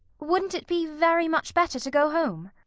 wouldn't it be very much better to go home,